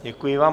Děkuji vám.